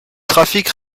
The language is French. trafic